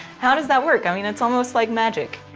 how does that work? i mean, it's almost like magic.